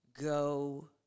go